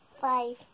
Five